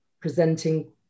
presenting